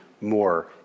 more